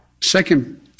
Second